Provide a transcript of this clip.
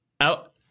Out